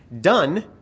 done